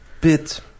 bit